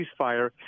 ceasefire